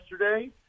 yesterday